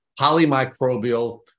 polymicrobial